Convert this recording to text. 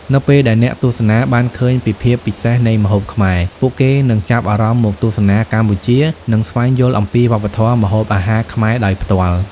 នៅពេលដែលអ្នកទស្សនាបានឃើញពីភាពពិសេសនៃម្ហូបខ្មែរ ពួកគេនឹងចាប់អារម្មណ៍មកទស្សនាកម្ពុជា និងស្វែងយល់អំពីវប្បធម៌ម្ហូបអាហារខ្មែរដោយផ្ទាល់។